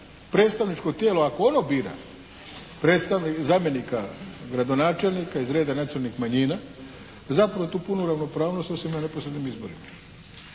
predstavničko tijelo ako ono bira zamjenika gradonačelnika iz reda nacionalnih manjina zapravo tu punu ravnopravnost osim na neposrednim izborima?